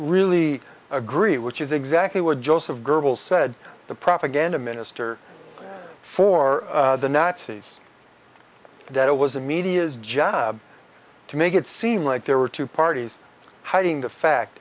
really agree which is exactly what joseph goebbels said the propaganda minister for the nazis that it was the media's job to make it seem like there were two parties hiding the fact